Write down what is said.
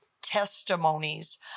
testimonies